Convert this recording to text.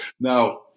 Now